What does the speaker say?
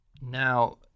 Now